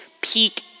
peak